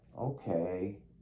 Okay